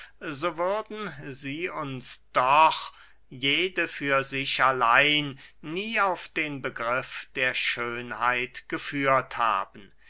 so würden sie uns doch jede für sich allein nie auf den begriff der schönheit geführt haben